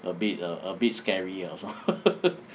a bit err a bit scary also